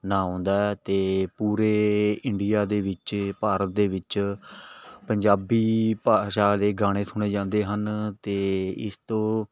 ਨਾਂ ਆਉਂਦਾ ਅਤੇ ਪੂਰੇ ਇੰਡੀਆ ਦੇ ਵਿੱਚ ਭਾਰਤ ਦੇ ਵਿੱਚ ਪੰਜਾਬੀ ਭਾਸ਼ਾ ਦੇ ਗਾਣੇ ਸੁਣੇ ਜਾਂਦੇ ਹਨ ਅਤੇ ਇਸ ਤੋਂ